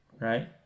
right